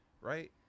Right